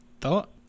thought